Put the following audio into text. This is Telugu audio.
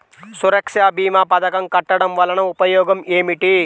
సురక్ష భీమా పథకం కట్టడం వలన ఉపయోగం ఏమిటి?